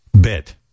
bit